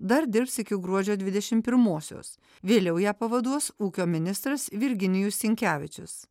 dar dirbs iki gruodžio dvidešimt pirmosios vėliau ją pavaduos ūkio ministras virginijus sinkevičius